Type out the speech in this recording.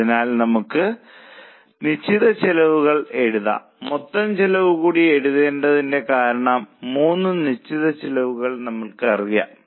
അതിനാൽ നമുക്ക് നിശ്ചിത ചെലവുകൾ എഴുതാം മൊത്തം ചെലവ് കൂടി എഴുതുന്നതിന്റെ കാരണം 3 നിശ്ചിത ചെലവുകൾ നമ്മൾക്കറിയാം